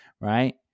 right